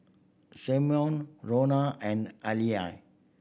Simona Ronna and Halie